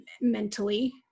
mentally